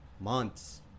months